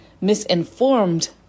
misinformed